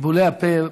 ניבולי הפה,